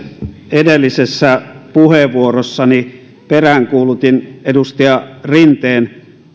edellisessä puheenvuorossani peräänkuulutin edustaja rinteen